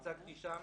יצגתי שם